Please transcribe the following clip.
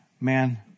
Man